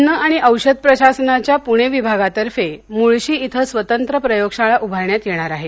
अन्न आणि औषध प्रशासनाच्या पुणे विभागातर्फे मुळशी इथं स्वतंत्र प्रयोगशाळा उभारण्यात येणार आहे